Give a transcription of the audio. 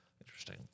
Interesting